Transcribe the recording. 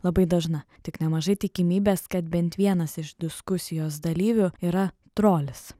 labai dažna tik nemažai tikimybės kad bent vienas iš diskusijos dalyvių yra trolis